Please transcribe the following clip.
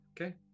Okay